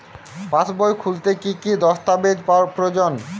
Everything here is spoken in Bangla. পাসবই খুলতে কি কি দস্তাবেজ প্রয়োজন?